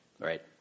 Right